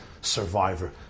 survivor